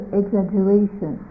exaggeration